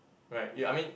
right you I mean